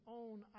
own